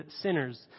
sinners